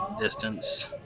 distance